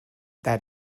that